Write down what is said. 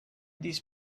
these